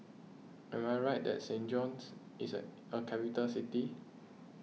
am I right that Saint John's is a capital city